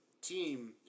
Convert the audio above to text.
team